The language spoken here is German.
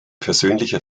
persönliche